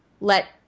let